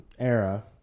era